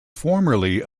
formerly